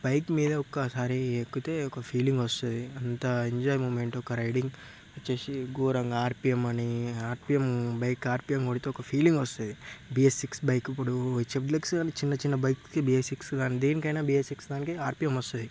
bike మీద ఒకసారి ఎక్కితే ఒక ఫీలింగ్ వస్తుంది అంత ఎంజాయ్ మూమెంట్ ఒక రైడింగ్ వచ్చేసి ఘోరంగా ఆర్పియం అని ఆర్పిఎం బైక్ ఆర్పిఎం కొడితే ఒక ఫీలింగ్ వస్తుంది బిఎస్ సిక్స్ బైక్ ఇప్పుడు చిన్న చిన్న బైక్కి బిఎస్ సిక్స్ దానికి దేనికైనా బిఎస్ సిక్స్ దానికి ఆర్పియం వస్తుంది